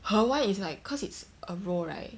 her one is like cause it's a roll right